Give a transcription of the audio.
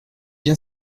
bien